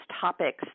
topics